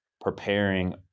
preparing